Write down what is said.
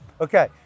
Okay